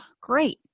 great